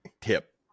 tip